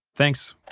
thanks!